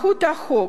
מהות החוק: